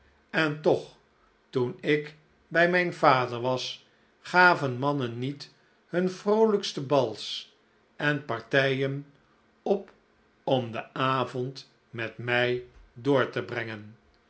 en toch toen ik bij mijn vader was gaven mannen niet hun vroolijkste bals en partijen op om den avond met mij door te brengen